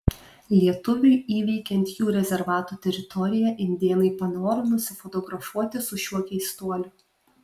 lietuviui įveikiant jų rezervato teritoriją indėnai panoro nusifotografuoti su šiuo keistuoliu